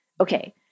okay